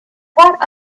what